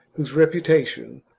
whose reputation,